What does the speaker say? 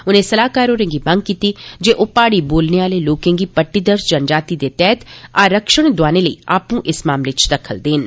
उनें सलाहकार होरे गी मंग कीती जे ओह् प्हाड़ी बोलने आहले लोके गी पट्टीदर्ज जनजाति दे तैहत आरक्षण दोआने लेई आपू इस मामले च दखल देन